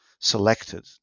selected